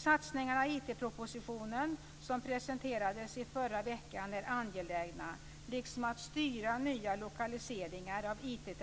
Satsningarna i IT propositionen, som presenterades i förra veckan, är angelägna, liksom att styra nya lokaliseringar av IT